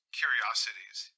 curiosities